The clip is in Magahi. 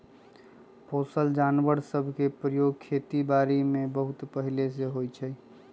पोसल जानवर सभ के प्रयोग खेति बारीमें बहुते पहिले से होइ छइ